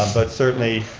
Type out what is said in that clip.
but certainly,